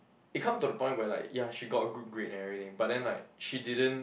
it come to the point where like ya she got a good grade and everything but then like she didn't